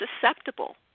susceptible